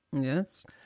Yes